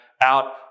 out